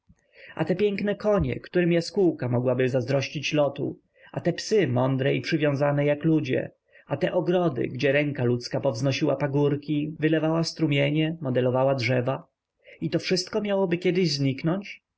a te piękne konie którym jaskółka mogłaby zazdrościć lotu a te psy mądre i przywiązane jak ludzie a te ogrody gdzie ręka ludzka powznosiła pagórki wylewała strumienie modelowała drzewa i to wszystko miałoby kiedyś zniknąć